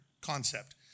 concept